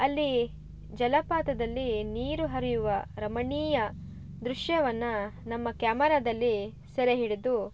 ಅಲ್ಲಿ ಜಲಪಾತದಲ್ಲಿ ನೀರು ಹರಿಯುವ ರಮಣೀಯ ದೃಶ್ಯವನ್ನು ನಮ್ಮ ಕ್ಯಾಮರದಲ್ಲಿ ಸೆರೆ ಹಿಡಿದು